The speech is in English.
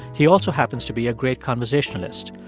he also happens to be a great conversationalist.